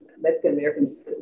Mexican-Americans